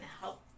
help